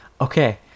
okay